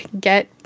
get